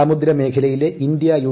സമുദ്ര മേഖലയിലെ India U